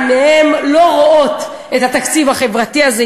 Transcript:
עיניהם לא רואות את התקציב החברתי הזה,